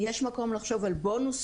יש מקום ל חשוב על בונוס,